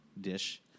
dish